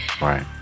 Right